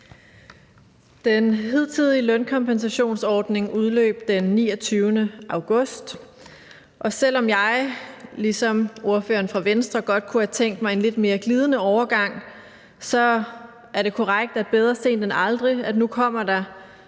Den hidtidige lønkompensationsordning udløb den 29. august, og selv om jeg ligesom ordføreren for Venstre godt kunne have tænkt mig en lidt mere glidende overgang, er det korrekt, at man kan sige bedre sent end aldrig – nu bliver der